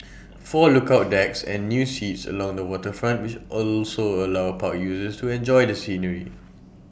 four lookout decks and new seats along the waterfront also allow park users to enjoy the scenery